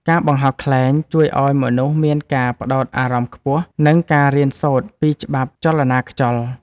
ការបង្ហោះខ្លែងជួយឱ្យមនុស្សមានការផ្ដោតអារម្មណ៍ខ្ពស់ និងការរៀនសូត្រពីច្បាប់ចលនាខ្យល់។